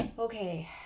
Okay